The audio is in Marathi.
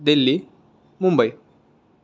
दिल्ली मुंबई